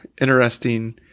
interesting